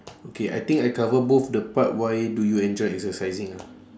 okay I think I cover both the part why do you enjoy exercising ah